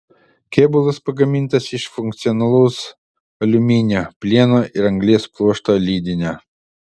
kėbulas pagamintas iš funkcionalaus aliuminio plieno ir anglies pluošto lydinio